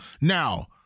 Now